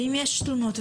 ואם יש תלונות,